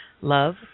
love